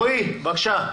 רועי, בבקשה.